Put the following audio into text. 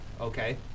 Okay